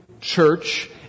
church